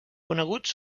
coneguts